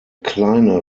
kleine